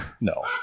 No